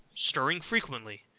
stirring frequently.